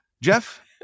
Jeff